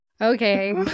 Okay